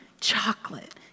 chocolate